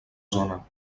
zona